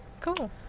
cool